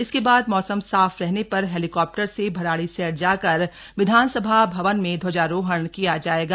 इसके बाद मौसम साफ रहने पर हेलीकॉप्टर से भराड़ीसैंण जाकर विधानसभा भवन में ध्वजारोहण किया जाएगा